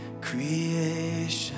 creation